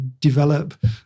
develop